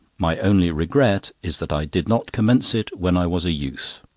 my only regret is that i did not commence it when i was a youth.